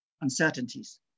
uncertainties